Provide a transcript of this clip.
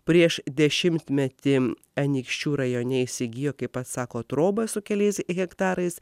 prieš dešimtmetį anykščių rajone įsigijo kaip pats sako trobą su keliais hektarais